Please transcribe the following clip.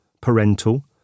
parental